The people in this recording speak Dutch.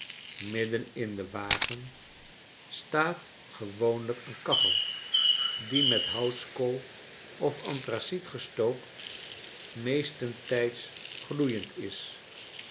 in den wagen staat gewoonlijk een kachel die met houtskool of anthraciet gestookt meestentijds gloeiend is